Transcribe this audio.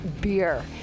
beer